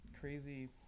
crazy